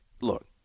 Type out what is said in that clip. Look